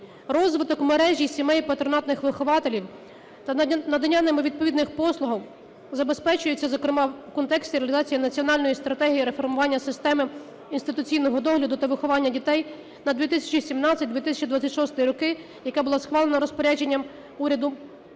Розвиток мережі сімей патронатних вихователів та надання ними відповідних послуг забезпечується, зокрема, в контексті реалізації Національної стратегії реформування системи інституційного догляду та виховання дітей на 2017-2026 роки, яка була схвалена розпорядженням уряду